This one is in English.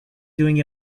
doing